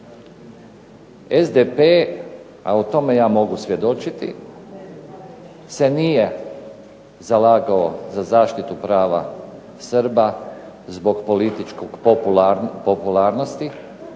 SDP, a o tome ja mogu svjedočiti, se nije zalagao za zaštitu prava Srba zbog političke popularnosti